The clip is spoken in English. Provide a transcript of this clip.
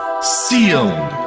Sealed